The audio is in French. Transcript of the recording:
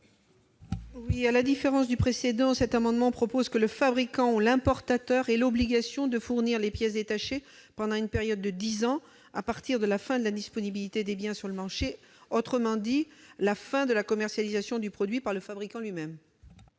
des amendements précédents, cet amendement vise à imposer au fabricant ou à l'importateur de fournir les pièces détachées pendant une période de dix ans à partir de la fin de la disponibilité des biens sur le marché, autrement dit la fin de la commercialisation du produit par le fabricant lui-même.